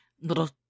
little